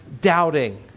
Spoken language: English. doubting